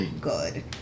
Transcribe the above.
good